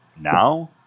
now